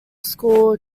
school